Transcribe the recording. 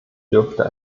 dürfte